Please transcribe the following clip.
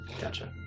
Gotcha